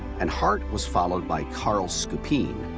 and hart was followed by carl scupin.